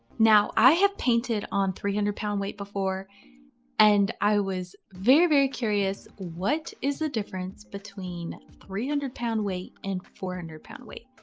now, i have painted on three hundred lb weight before and i was very very curious what is the difference between three hundred lb weight and four hundred lb weight,